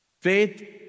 Faith